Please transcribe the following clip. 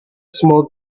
small